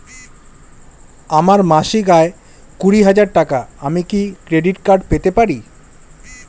আমার মাসিক আয় কুড়ি হাজার টাকা আমি কি ক্রেডিট কার্ড পেতে পারি?